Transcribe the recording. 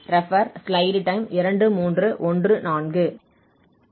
தொகையிடலின் மதிப்பு π4